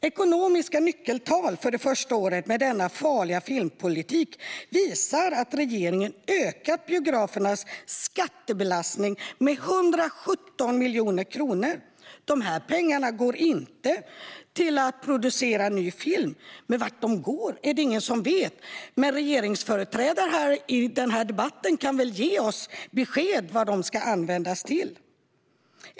Ekonomiska nyckeltal för det första året med denna farliga filmpolitik visar att regeringen har ökat biografernas skattebelastning med 117 miljoner kronor. Dessa pengar går inte till att producera ny film, och vart de går är det ingen som vet. Regeringsföreträdarna i denna debatt kan väl ge besked om vad de ska användas till. Herr talman!